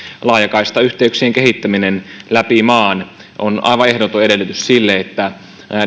laajakaistayhteyksien kehittäminen läpi maan mikä on aivan ehdoton edellytys sille että